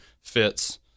fits